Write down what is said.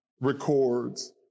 records